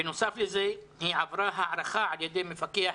בנוסף לזה היא עברה הערכה על ידי מפקח